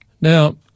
Now